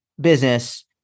business